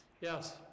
Yes